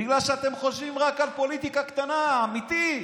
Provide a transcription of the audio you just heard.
בגלל שאתם חושבים רק על פוליטיקה קטנה, אמיתי.